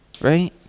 right